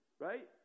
Right